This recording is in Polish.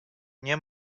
nie